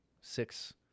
six